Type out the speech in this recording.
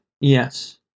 yes